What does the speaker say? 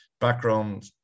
Background